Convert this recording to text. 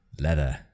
Leather